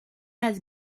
has